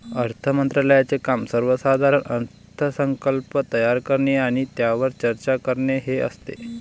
अर्थ मंत्रालयाचे काम सर्वसाधारण अर्थसंकल्प तयार करणे आणि त्यावर चर्चा करणे हे असते